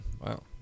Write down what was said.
Wow